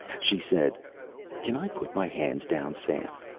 she said can i put my hands down, sam?